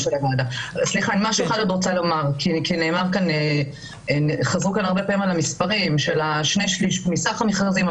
חזרו כאן הרבה פעמים על המספרים של שני שליש מסך המכרזים,